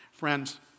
Friends